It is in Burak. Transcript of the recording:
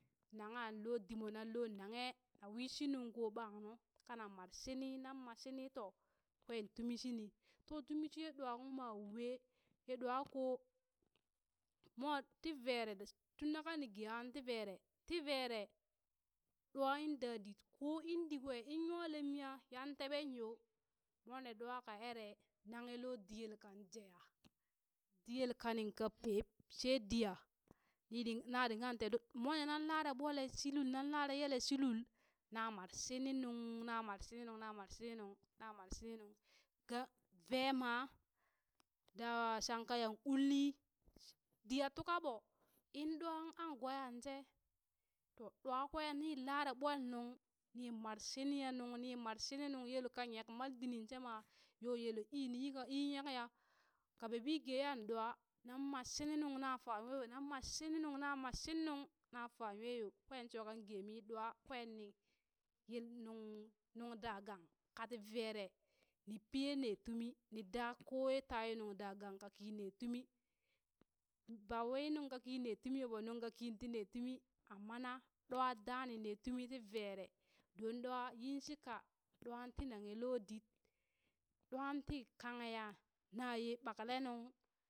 Nagha lo di mo nan lo naghe na wishi nuŋko ɓang nu. ka na mar shini nan mar shini to kwen tumi shini, to tumi shiye ɗwa uŋ maa wee, ye ɗwa koh, mwa ti vere da sh tun da kani geha ti vere ti vere, ɗwa in dadi ko in di kwe in nwa lem ya yan teɓeŋ yo, mone ɗwa ka ere naghe lo di yelkan jeya di yelka nin ka peep she di ya, di ding na dingan tee do mwane nan lare ɓole shi lul, nan lare yele shi lul na mar shini nuŋ, na mar shini nuŋ, na mar shini nuŋ, na mar shini nuŋ, ga veema daa shanka yan ulli, diya tuka ɓo in ɗwa anguwan she to ɗwa kwe ni lare ɓol nuŋ, ni mar shini ya nuŋ, ni mar shini nuŋ yel ka nyek mal diniŋ she ma, yo el ii yika ii nyek ya ka bebi geyaŋ ɗwa, na ma shini nuŋ na fa nwe yo na ma shini nuŋ na ma shin nuŋ na fa nwe yo, kwen shokan ge mi ɗwa kwen ni ye nu- nuŋ da gang ka ti vere ni piye ne tumi ni da koye nung da gang ka ki ne tumi ba wei ye nuŋ kaki ne tumi yoo ɓo nuŋ kaki ti ne tumi amma na ɗwa daa ni ne tumi ti vere, don ɗwa yin shika ɗwan ti naghe loo did, ɗwan ti kanghe ya na ye ɓakle nuŋ,